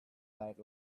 bad